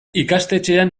ikastetxean